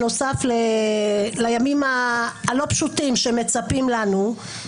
בנוסף לימים הלא פשוטים שמצפים לנו,